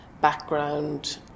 background